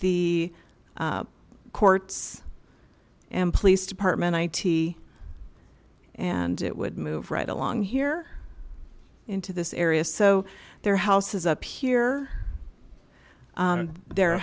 the courts and police department i t and it would move right along here into this area so their houses up here their